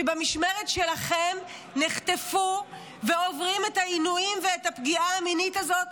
שבמשמרת שלכם נחטפו ועוברים את העינויים ואת הפגיעה המינית הזאת,